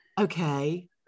Okay